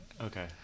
Okay